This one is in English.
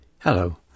Hello